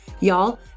y'all